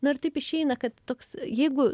na ir taip išeina kad toks jeigu